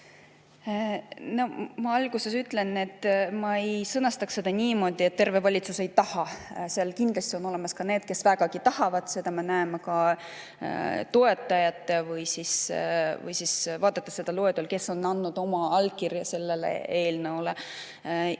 Ma alguses ütlen, et ma ei sõnastaks seda niimoodi, et terve valitsus ei taha. Seal kindlasti on ka neid, kes vägagi tahavad, seda me näeme ka toetajatest, vaadates seda loetelu, kes on andnud oma allkirja sellele eelnõule.